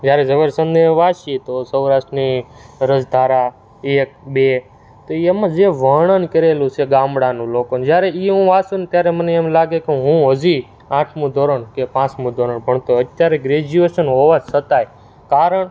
જ્યારે ઝવેરચંદ વાંચીએ તો સૌરાષ્ટ્રની રસધારા એક બે તો એમાં જે વર્ણન કરેલું છે ગામડાનું લોકો જ્યારે એ હું વાંચુ ને ત્યારે મને એમ લાગે કે હું હજી આઠમું ધોરણ કે પાંચમું ધોરણ ભણતો અત્યારે ગ્રેજ્યુએસન હોવા છતાંય કારણ